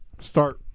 Start